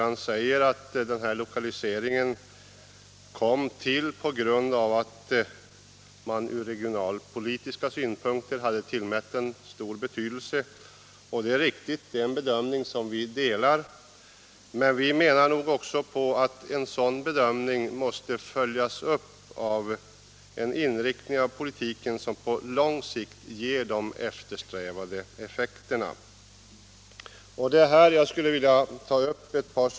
Han säger att denna lokalisering kom till på grund av att man från regionalpolitiska synpunkter hade tillmätt den stor betydelse. Och det är riktigt — det är en bedömning som vi delar. Men vi menar också att en sådan bedömning måste följas upp med en inriktning av politiken som på lång sikt ger de eftersträvade effekterna.